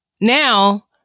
now